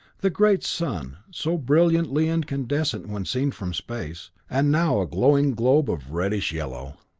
the great sun, so brilliantly incandescent when seen from space, and now a glowing globe of reddish-yellow.